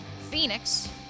Phoenix